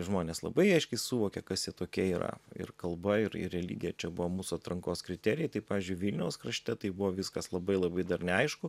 žmonės labai aiškiai suvokė kas jie tokie yra ir kalba ir ir religija čia buvo mūsų atrankos kriterijai tai pavyzdžiui vilniaus krašte tai buvo viskas labai labai dar neaišku